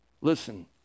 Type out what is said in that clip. Listen